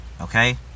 Okay